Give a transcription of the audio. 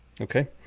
Okay